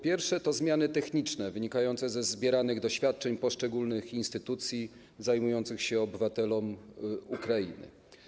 Pierwsze to zmiany techniczne wynikające ze zbieranych doświadczeń poszczególnych instytucji zajmujących się obywatelami Ukrainy.